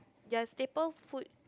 their staple food